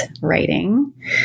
writing